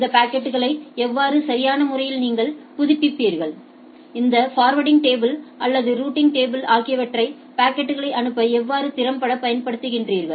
இந்த பாக்கெட்களை எவ்வாறு சரியான முறையில் நீங்கள் புதுப்பிப்பீர்கள் இந்த ஃபர்வேர்டிங் டேபிள் அல்லது ரூட்டிங் டேபிள் ஆகியவற்றை பாக்கெட்களை அனுப்ப எவ்வாறு திறம்பட பயன்படுத்தினீர்கள்